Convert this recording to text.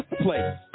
place